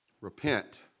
Repent